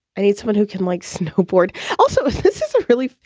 i need someone who can, like, snowboard also. really?